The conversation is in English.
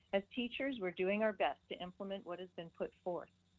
as teachers, we're doing our best to implement what has been put forth.